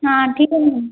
हाँ ठीक है मैम